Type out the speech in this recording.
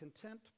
content